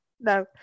no